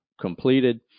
completed